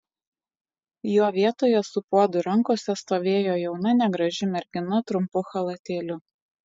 jo vietoje su puodu rankose stovėjo jauna negraži mergina trumpu chalatėliu